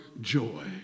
joy